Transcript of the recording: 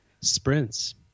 Sprints